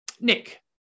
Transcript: Nick